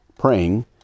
praying